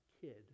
kid